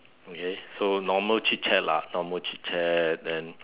okay so normal chit chat lah normal chit chat then